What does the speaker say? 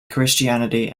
christianity